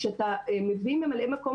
כשאתה מביא ממלאי מקום